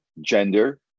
gender